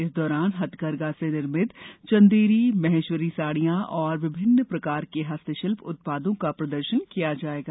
इस दौरान हथकरघा से निर्मित चंदेरी महेश्वरी साड़ियां और विभिन्न प्रकार के हस्तशिल्प उत्पादों का प्रदर्शन किया जायेगा